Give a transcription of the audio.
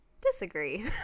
Disagree